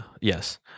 yes